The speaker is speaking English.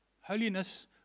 Holiness